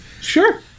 sure